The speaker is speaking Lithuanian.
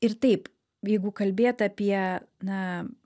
ir taip jeigu kalbėt apie na